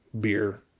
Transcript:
beer